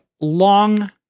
long